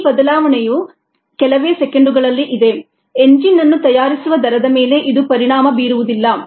ಈ ಬದಲಾವಣೆಯು ಕೆಲವೇ ಸೆಕೆಂಡುಗಳಲ್ಲಿಇದೆ ಎಂಜಿನ್ ಅನ್ನು ತಯಾರಿಸುವ ದರದ ಮೇಲೆ ಇದು ಪರಿಣಾಮ ಬೀರುವುದಿಲ್ಲ